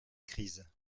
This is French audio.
crise